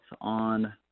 on